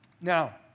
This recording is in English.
now